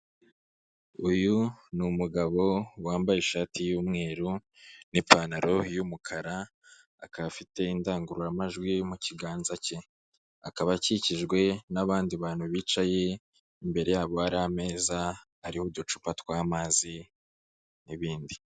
Uyu n'umugabo wambaye ishati y'umweru n'ipantaro y'umukara, akaba afite indangururamajwi mu kiganza cye. Akaba akikijwe n'abandi bantu bicaye, imbere yabo hari ameza ariho uducupa tw'amazi n'ibindi.